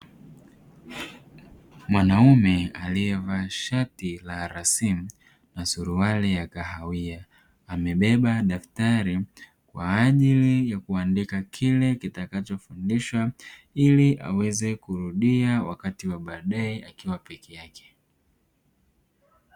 Mwanaume aliyevashati la rasimu na suruali ya kahawia amebeba daftari, kwaajili ya kuandika kile kitakachofundishwa ili aweze kurudia wakati wa baadaye akiwa pekee yake.